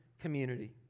community